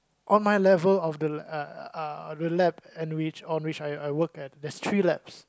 on my level of the uh the lab on which on which I work at there's three labs